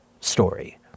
story